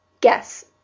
Guess